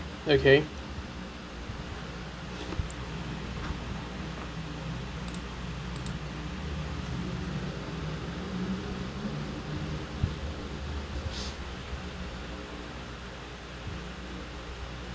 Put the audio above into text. okay